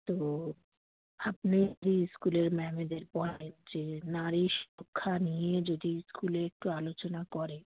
তো আপনি যদি স্কুলের ম্যামেদের বলেন যে নারী শিক্ষা নিয়ে যদি স্কুলে একটু আলোচনা করে